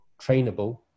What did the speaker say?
trainable